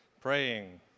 praying